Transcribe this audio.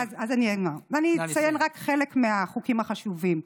אז אני אומר, אני אציין רק חלק מהחוקים החשובים: